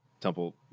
Temple